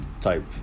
type